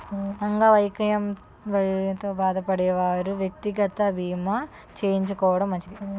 అంగవైకల్యంతో బాధపడే వారు వ్యక్తిగత బీమా చేయించుకోవడం మంచిది